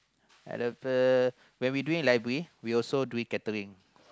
when we doing library we also doing catering